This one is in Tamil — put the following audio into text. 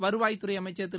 வருவாய்த்துறை அமைச்சர் திரு